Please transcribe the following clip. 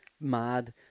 mad